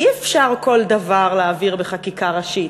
אי-אפשר כל דבר להעביר בחקיקה ראשית.